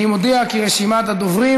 אני מודיע כי רשימת הדוברים